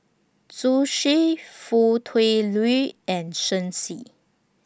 Zhu Xu Foo Tui Liew and Shen Xi